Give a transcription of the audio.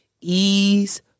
ease